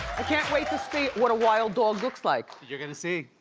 i can't wait to see what a wild dog looks like. you're gonna see.